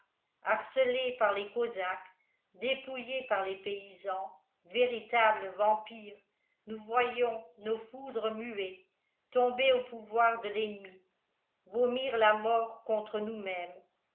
harcelés par les cosaques dépouillés par les paysans véritables vampires nous voyions nos foudres muets tombés au pouvoir de l'ennemi vomir la mort contre nous-mêmes